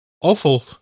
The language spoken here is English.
Awful